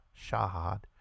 Shahad